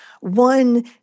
One